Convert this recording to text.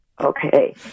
Okay